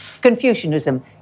Confucianism